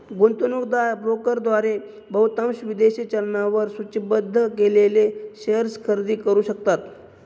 गुंतवणूकदार ब्रोकरद्वारे बहुतांश विदेशी चलनांवर सूचीबद्ध केलेले शेअर्स खरेदी करू शकतात